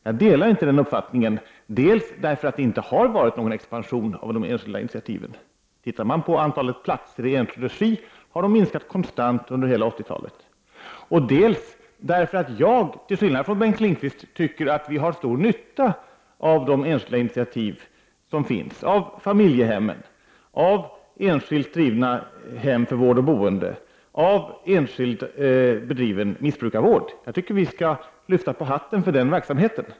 Jag delar inte den uppfattningen dels därför att det inte har varit någon expansion av de enskilda initiativen — tittar man på antalet platser i enskild regi, finner man att de har minskat konstant under hela 80-talet — dels därför att jag, till skillnad från Bengt Lindqvist, tycker att vi har stor nytta av de enskilda initiativ som finns, av familjehemmen, av enskilt drivna hem för vård och boende, av enskilt bedriven missbrukarvård. Jag tycker att vi skall lyfta på hatten för den verksamheten.